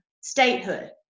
statehood